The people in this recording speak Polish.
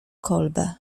kolbę